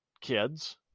kids